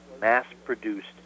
mass-produced